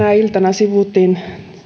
sivuttiin